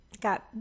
Got